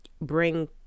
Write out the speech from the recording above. Bring